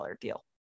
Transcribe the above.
deal